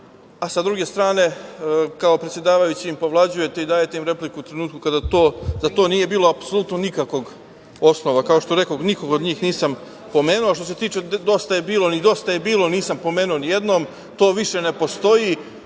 a sa druge strane, kao predsedavajući im povlađujete i dajete im repliku u trenutku kada za to nije bilo apsolutno nikakvog osnova. Kao što rekoh, nikog od njih nisam pomenuo. Što se tiče Dosta je bilo, ni Dosta je bilo nisam pomenuo nijednom. To više ne postoji,